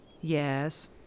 Yes